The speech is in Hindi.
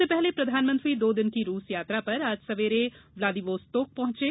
इससे पहले प्रधानमंत्री दो दिन की रूस यात्रा पर आज सवेरे व्लादिवोस्तोक पहुंचे